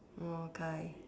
oh Kai